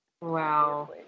wow